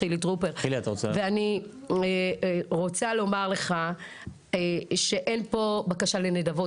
ואני רוצה לומר לך שאין פה בקשה לנדבות,